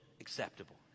acceptable